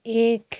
एक